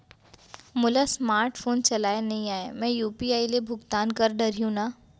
मोला smart phone चलाए नई आए मैं यू.पी.आई ले भुगतान कर डरिहंव न?